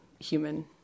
human